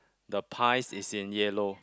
the pies is in yellow